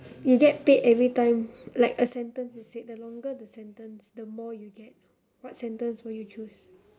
you get paid every time like a sentence you said the longer the sentence the more you get what sentence would you choose